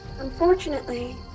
Unfortunately